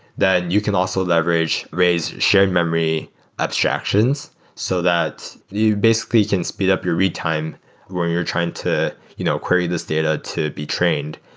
you can also leverage, raise shared memory abstractions so that you basically can speed up your read time when you're trying to you know query this data to be trained,